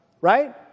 right